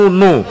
no